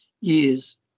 years